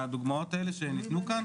והדוגמאות האלה שניתנו כאן?